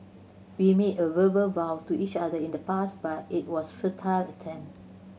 we made a verbal vow to each other in the past but it was futile attempt